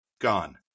gone